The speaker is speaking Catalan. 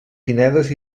pinedes